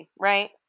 right